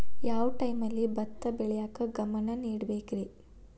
ಯಾವ್ ಟೈಮಲ್ಲಿ ಭತ್ತ ಬೆಳಿಯಾಕ ಗಮನ ನೇಡಬೇಕ್ರೇ?